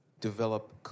develop